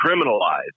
criminalized